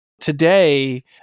today